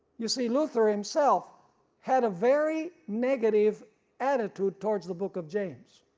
you see luther himself had a very negative attitude towards the book of james.